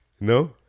No